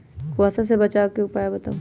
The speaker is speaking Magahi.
कुहासा से बचाव के उपाय बताऊ?